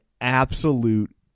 absolute